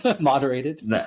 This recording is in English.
Moderated